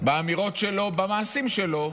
באמירות שלו, במעשים שלו,